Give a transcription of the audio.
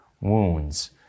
wounds